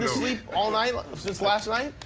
sleep all night since last night?